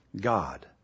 God